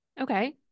Okay